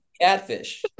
catfish